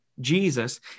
Jesus